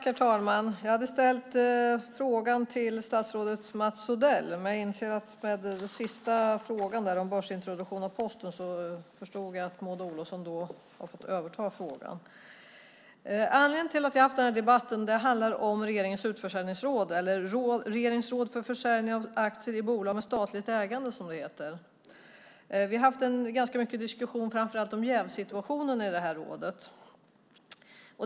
Herr talman! Jag hade ställt interpellationen till statsrådet Mats Odell. Men jag inser att Maud Olofsson i och med den sista frågan, om en börsintroduktion av Posten, har fått överta interpellationen. Anledningen till att jag har haft debatter om detta är regeringens utförsäljningsråd - Rådet för försäljning av aktier i bolag med statligt ägande, som det heter. Vi har haft ganska mycket diskussioner framför allt om jävssituationen i det här rådet.